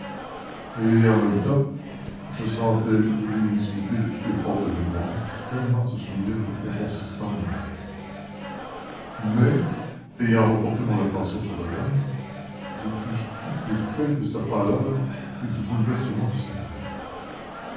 et en même temps je sentais l'inutilité de tout effort de mémoire tellement ce souvenir était inconsistant et vague mais ayant reporté mon attention sur la dame je fus stupéfait de sa pâleur et du bouleversement de ses traits